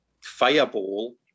Fireball